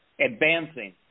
advancing